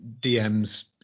DM's